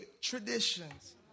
traditions